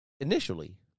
initially